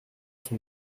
sont